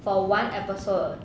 for one episode